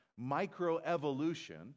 microevolution